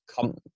come